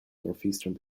northeastern